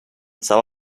some